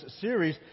series